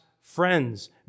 friends